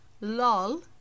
lol